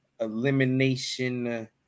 Elimination